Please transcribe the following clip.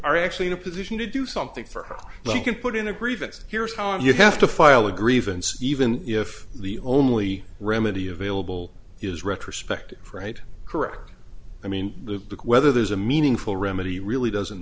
are actually in a position to do something for her you can put in a grievance here's how you have to file a grievance even if the only remedy available is retrospective right correct i mean the whether there's a meaningful remedy really doesn't